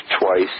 twice